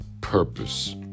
purpose